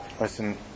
listen